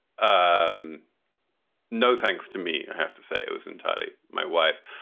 um no thanks to me. i have to say it was entirely my wife.